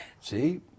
See